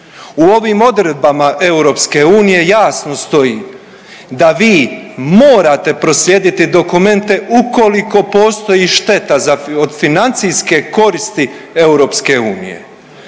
U ovim odredbama EU jasno stoji da vi morate proslijediti dokumente ukoliko postoji šteta od financijske koristi EU.